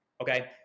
Okay